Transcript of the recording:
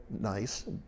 nice